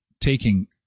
taking